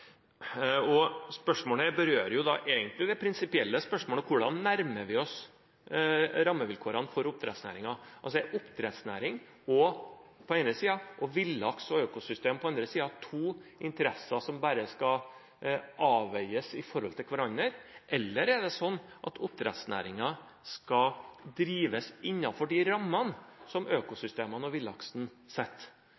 Spørsmålet berører det jo egentlig det prinsipielle spørsmålet: Hvordan nærmer vi oss rammevilkårene for oppdrettsnæringen? Man har oppdrettsnæringen på den ene siden og villaksen og økosystemene på den andre siden. Er det to interesser som bare skal avveies i forhold til hverandre, eller er det slik at oppdrettsnæringen skal drives innenfor de rammene som